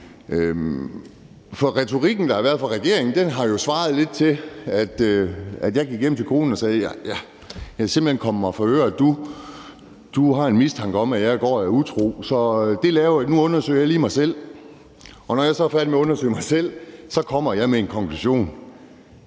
retorikken, der har været fra regeringens side, har jo svaret lidt til, at jeg gik hjem til konen og sagde, at det simpelt hen var kommet mig for øre, at hun havde en mistanke om, at jeg gik og var utro, og at jeg nu lige ville undersøge mig selv. Og når jeg så var færdig med at undersøge mig selv, kom jeg med en konklusion.